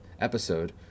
episode